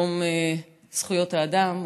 יום זכויות האדם,